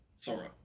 Sora